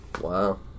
Wow